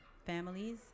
families